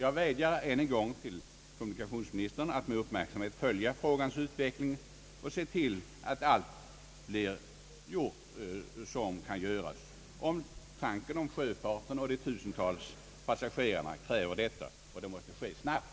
Jag vädjar än en gång till kommunikationsministern att med uppmärksamhet följa utvecklingen och se till att allt blir gjort som kan göras. Omtanken om sjöfarten och de tusentals passagerarna kräver detta, och det måste ske snabbt.